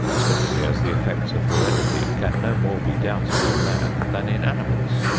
especially as the effects of heredity can no more be doubted in man than in animals.